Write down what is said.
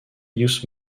youth